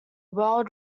world